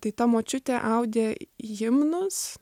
tai ta močiutė audė himnus